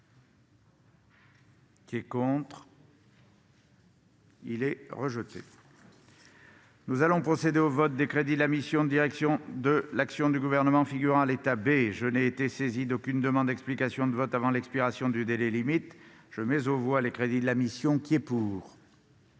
l'amendement n° II-685 rectifié. Nous allons procéder au vote des crédits de la mission « Direction de l'action du Gouvernement », figurant à l'état B. Je n'ai été saisi d'aucune demande d'explication de vote avant l'expiration du délai limite. Je mets aux voix ces crédits. Nous allons